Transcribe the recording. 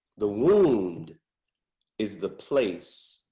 the wound is the place